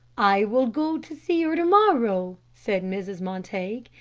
i will go to see her to-morrow, said mrs. montague.